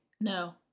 No